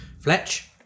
Fletch